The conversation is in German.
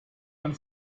ein